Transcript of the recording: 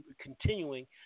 continuing